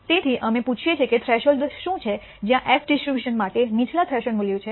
તેથી અમે પૂછીએ કે થ્રેશોલ્ડ શું છે જ્યાં એફ ડિસ્ટ્રીબ્યુશન માટે નીચલા થ્રેશોલ્ડ મૂલ્ય છે અને તે 0